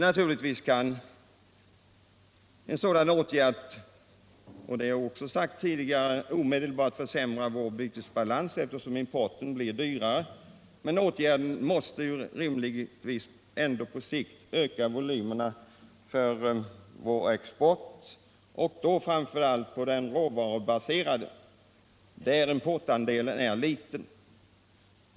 Naturligtvis kan en sådan åtgärd — det har också sagts tidigare - omedelbart försämra vår bytesbalans eftersom importen blir dyrare, men åtgärden måste rimligtvis ändå på sikt öka volymen för vår export, framför allt den råvarubaserade där importandelen är liten.